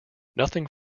nothing